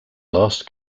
last